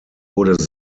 wurde